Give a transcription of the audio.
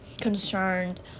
concerned